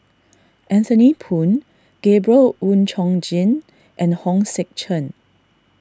Anthony Poon Gabriel Oon Chong Jin and Hong Sek Chern